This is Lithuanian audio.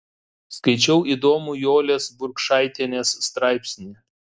skaičiau įdomų jolės burkšaitienės straipsnį